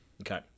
Okay